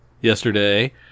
yesterday